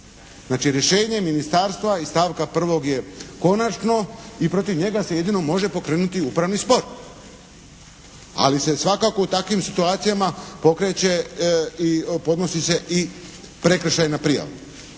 Znači rješenje ministarstva iz stavka 1. je konačno i protiv njega se jedino može pokrenuti upravni spor. Ali se svakako u takvim situacijama pokreće i podnosi se i prekršajna prijava.